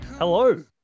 Hello